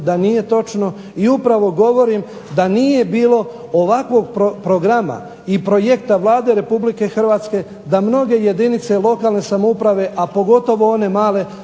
da nije točno, i upravo govorim da nije bilo ovakvog programa i projekta Vlade Republike Hrvatske da mnoge jedinice lokalne samouprave, a pogotovo one male